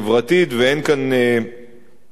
ואין כאן הישגים.